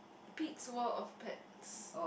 Pete's World of Pets